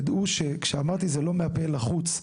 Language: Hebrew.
כמו שאמרתי זה לא מהפה אל החוץ,